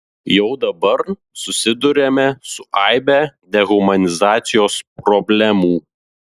jau dabar susiduriame su aibe dehumanizacijos problemų